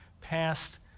passed